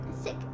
Sick